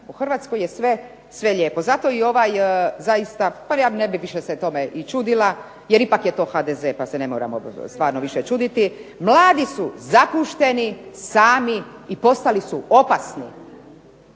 U Hrvatskoj je sve lijepo. Zato i ovaj zaista, pa ja ne bih više se tome i čudila, jer ipak je to HDZ pa se ne moramo stvarno više čuditi. Mladi su zapušteni, sami i postali su opasni.